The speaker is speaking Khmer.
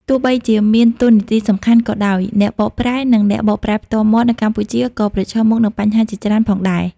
ទោះបីជាមានតួនាទីសំខាន់ក៏ដោយ អ្នកបកប្រែ និងអ្នកបកប្រែផ្ទាល់មាត់នៅកម្ពុជាក៏ប្រឈមមុខនឹងបញ្ហាជាច្រើនផងដែរ។